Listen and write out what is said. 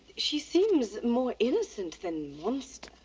she seems more innocent than monster.